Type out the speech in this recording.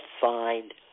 find